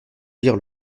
lire